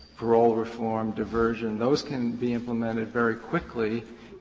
parole reform, diversion, those can be implemented very quickly,